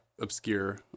obscure